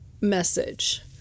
message